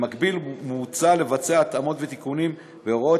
במקביל מוצע לבצע התאמות ותיקונים בהוראות